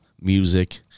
Music